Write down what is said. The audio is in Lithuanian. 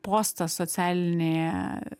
postas socialinėje